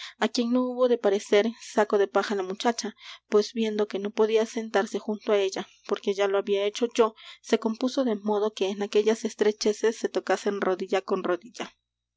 á quien no hubo de parecer saco de paja la muchacha pues viendo que no podía sentarse junto á ella porque ya lo había hecho yo se compuso de modo que en aquellas estrecheces se tocasen rodilla con rodilla